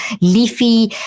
leafy